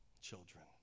children